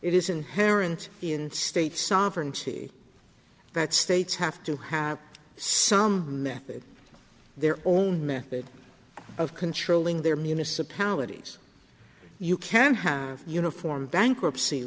inherent in state sovereignty that states have to have some method their own method of controlling their municipalities you can have uniform bankruptcy